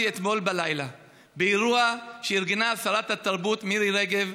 אתמול בלילה באירוע שארגנה שרת התרבות מירי רגב,